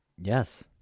Yes